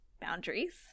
boundaries